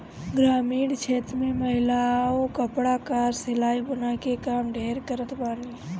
ग्रामीण क्षेत्र में महिलायें कपड़ा कअ सिलाई बुनाई के काम ढेर करत बानी